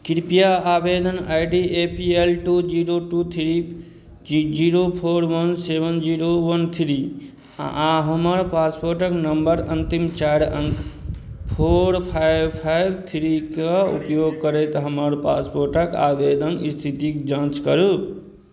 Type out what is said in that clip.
कृपया आबेदन I D A P L two zero two three zero four one seven zero one three आ हमर पासपोर्टक number अंतिम चारि अंक फोर फाइव फाइव थ्री के उपयोग करैत हमर पासपोर्टक आबेदन स्थितिक जाँच करू